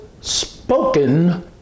spoken